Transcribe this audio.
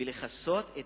ולכסות את